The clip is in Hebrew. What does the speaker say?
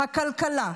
הכלכלה,